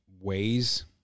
ways